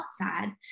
outside